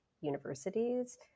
universities